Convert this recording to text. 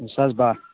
زٕ ساس باہ